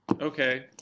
Okay